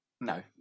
No